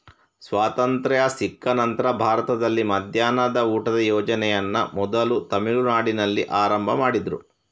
ಸ್ವಾತಂತ್ರ್ಯ ಸಿಕ್ಕ ನಂತ್ರ ಭಾರತದಲ್ಲಿ ಮಧ್ಯಾಹ್ನದ ಊಟದ ಯೋಜನೆಯನ್ನ ಮೊದಲು ತಮಿಳುನಾಡಿನಲ್ಲಿ ಆರಂಭ ಮಾಡಿದ್ರು